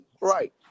right